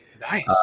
Nice